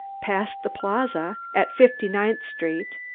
past the plaza, at fifty-ninth street,